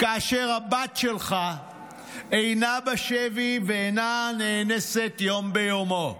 כאשר הבת שלך אינה בשבי ואינה נאנסת מדי יום ביומו,